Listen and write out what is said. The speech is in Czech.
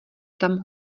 tam